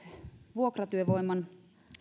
vuokratyövoiman